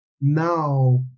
now